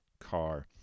car